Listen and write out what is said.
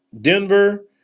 Denver